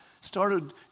started